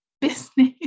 business